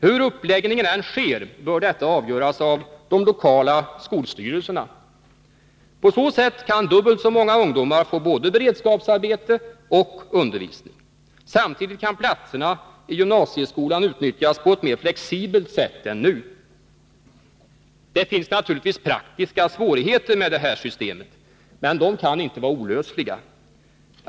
Hur uppläggningen än blir bör detta avgöras av de lokala skolstyrelserna. På så sätt kan dubbelt så många ungdomar få både beredskapsarbete och undervisning. Samtidigt kan platserna i gymnasieskolan utnyttjas på ett mera flexibelt sätt än nu. Det finns naturligtvis praktiska svårigheter med det här systemet, men de kan inte vara olösliga.